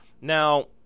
Now